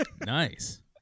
Nice